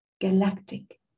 galactic